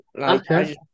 Okay